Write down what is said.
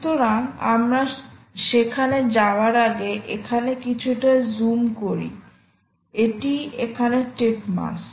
সুতরাং আমরা সেখানে যাওয়ার আগে এখানে কিছুটা জুম করি এটি এখানে টিপ মাস